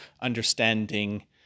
understanding